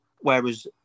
Whereas